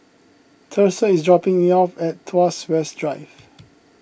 Thursa is dropping me off at Tuas West Drive